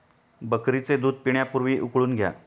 बकरीचे दूध पिण्यापूर्वी उकळून घ्या